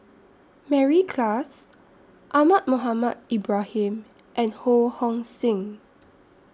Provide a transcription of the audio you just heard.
Mary Klass Ahmad Mohamed Ibrahim and Ho Hong Sing